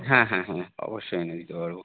হ্যাঁ হ্যাঁ হ্যাঁ অবশ্যই এনে দিতে পারবো